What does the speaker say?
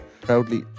proudly